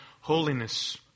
holiness